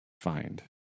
find